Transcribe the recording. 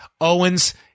Owens